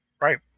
Right